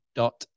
dot